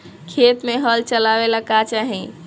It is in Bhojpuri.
खेत मे हल चलावेला का चाही?